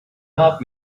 help